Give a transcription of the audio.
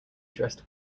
dressed